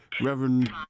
Reverend